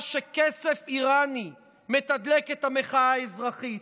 שכסף איראני מתדלק את המחאה האזרחית.